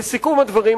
לסיכום הדברים,